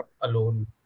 alone